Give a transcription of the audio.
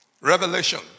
Revelation